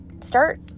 start